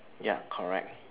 ya correct